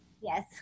Yes